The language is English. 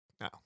No